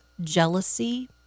jealousy